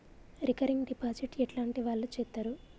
Recurring deposit ఎట్లాంటి వాళ్లు చేత్తరు?